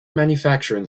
manufacturing